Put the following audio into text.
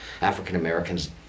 African-Americans